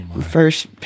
first